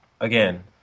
Again